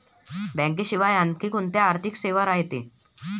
बँकेशिवाय आनखी कोंत्या आर्थिक सेवा रायते?